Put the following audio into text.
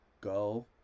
Go